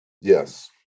Yes